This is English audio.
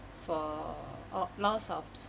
for oh loss of